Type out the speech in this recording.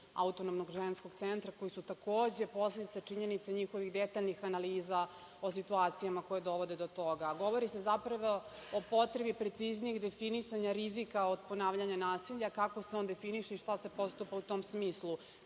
Autonomnog ženskog centra, koji su takođe posledica činjenice njihovih detaljnih analiza o situacijama koje dovode do toga. Govori se zapravo o potrebi preciznijih definisanja rizika od ponavljanja nasilja, kako se on definiše i šta se postupa u tom smislu,